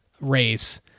race